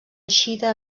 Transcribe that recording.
eixida